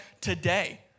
today